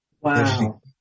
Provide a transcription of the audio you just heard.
wow